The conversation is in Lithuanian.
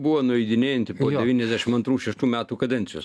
buvo nueidinėjanti po devyniasdešim antrų šeštų metų kadencijos